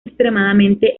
extremadamente